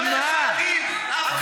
על 1.1 מיליארד?